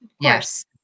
Yes